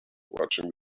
watching